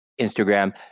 Instagram